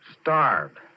Starved